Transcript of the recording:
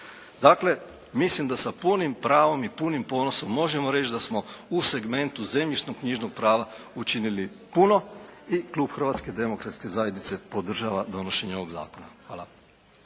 Dakle, mislim da sa punim pravom i punim ponosom možemo reći da smo u segmentu zemljišno-knjižnog prava učinili puno. I klub Hrvatske demokratske zajednice podržava donošenje ovog zakona. Hvala.